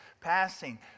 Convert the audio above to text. passing